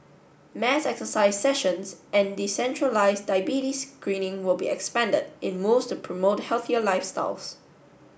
mass exercise sessions and decentralised diabetes screening will be expanded in moves to promote healthier lifestyles